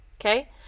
okay